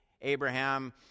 Abraham